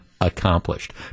accomplished